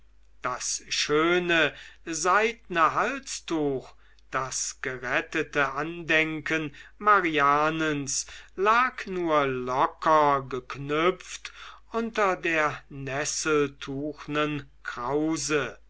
das schöne seidne halstuch das gerettete andenken marianens lag nur locker geknüpft unter der nesseltuchnen krause